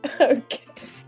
Okay